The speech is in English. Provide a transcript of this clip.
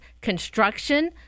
construction